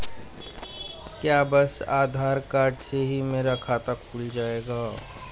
क्या बस आधार कार्ड से ही मेरा खाता खुल जाएगा?